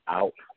out